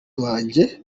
wanjye